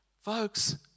Folks